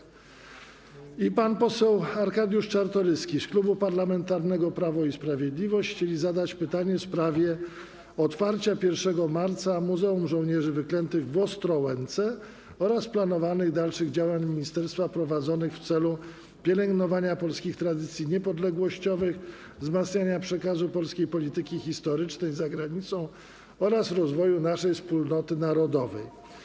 Pan poseł Zdzisław Sipiera i pan poseł Arkadiusz Czartoryski z Klubu Parlamentarnego Prawo i Sprawiedliwość chcieli zadać pytanie w sprawie otwarcia 1 marca Muzeum Żołnierzy Wyklętych w Ostrołęce oraz planowanych dalszych działań ministerstwa prowadzonych w celu pielęgnowania polskich tradycji niepodległościowych, wzmacniania przekazu polskiej polityki historycznej za granicą oraz rozwoju naszej wspólnoty narodowej.